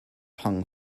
hung